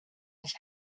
his